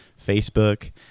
Facebook